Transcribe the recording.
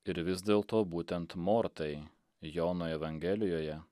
ir vis dėlto būtent mortai jono evangelijoje